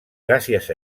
gràcies